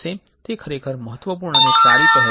તે ખરેખર મહત્વપૂર્ણ અને સારી પહેલ છે